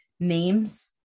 names